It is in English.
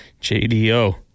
JDO